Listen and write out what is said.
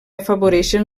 afavoreixen